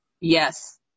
Yes